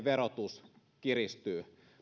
verotus kiristyy